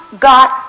got